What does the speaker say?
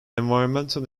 environmental